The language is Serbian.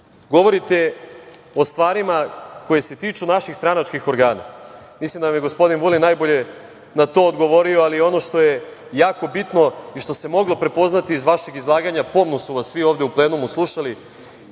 o stvarima koje se tiču naših stranačkih organa. Mislim da vam je gospodin Vulin najbolje na to odgovorio, ali ono što je jako bitno i što se moglo prepoznati iz vašeg izlaganja, pomno su vas svi ovde u plenumu slušali,